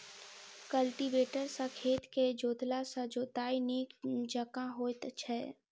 cultivator सॅ खेत के जोतला सॅ जोताइ नीक जकाँ होइत छै